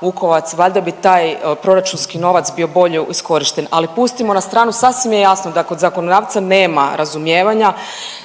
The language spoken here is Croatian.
Vukovac, valjda bi taj proračunski novac bio bolje iskorišten, ali pustimo na stranu, sasvim je jasno da kod zakonodavca nema razumijevanja.